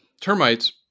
termites